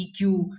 EQ